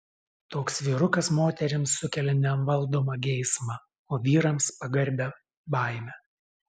toks vyrukas moterims sukelia nevaldomą geismą o vyrams pagarbią baimę